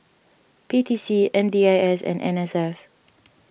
P T C M D I S and N S F